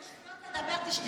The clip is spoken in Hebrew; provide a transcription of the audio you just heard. אם יש לך שטויות לדבר, תשתקי.